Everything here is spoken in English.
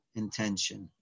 intention